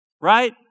Right